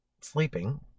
sleeping